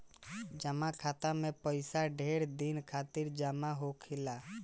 जमा खाता मे पइसा ढेर दिन खातिर जमा होला